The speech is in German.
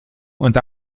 und